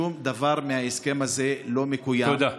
שום דבר מההסכם הזה לא מקוים, תודה.